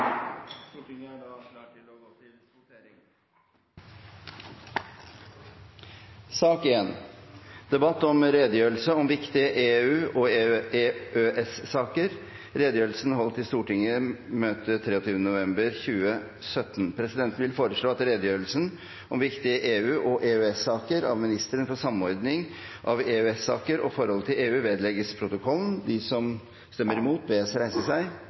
Stortinget er da klar til å gå til votering. Presidenten foreslår at redegjørelsen om viktige EU- og EØS-saker av ministeren for samordning av EØS-saker og forholdet til EU, holdt i Stortinget den 23. november 2017, vedlegges protokollen.